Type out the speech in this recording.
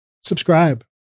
Subscribe